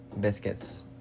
Biscuits